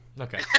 Okay